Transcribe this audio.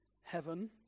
heaven